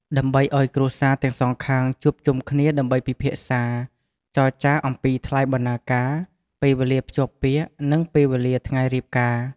ដើម្បីឲ្យគ្រួសារទាំងសងខាងជួបជុំគ្នាដើម្បីពិភាក្សា ចរចាអំពីថ្លៃបណ្ណាការ ពេលវេលាភ្ជាប់ពាក្យ និងពេលវេលាថ្ងៃរៀបការ ។